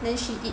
then she eat